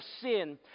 sin